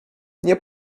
nie